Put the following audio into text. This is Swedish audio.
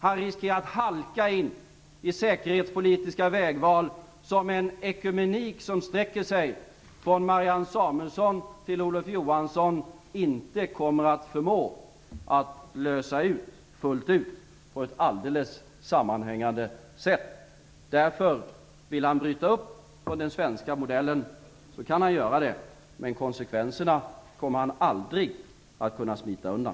Han riskerar att halka in på säkerhetspolitiska vägval som en ekumenik som sträcker sig från Marianne Samuelsson till Olof Johansson inte kommer att förmå att lösa ut helt på ett sammanhängande sätt. Därför vill han bryta upp från den svenska modellen. Det kan han göra, men konsekvenserna kommer han aldrig att kunna smita undan.